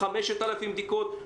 על 5,000 בדיקות,